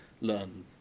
learn